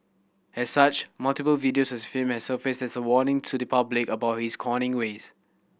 as such multiple videos of him have surfaced as a warning to the public about his conning ways